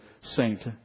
saint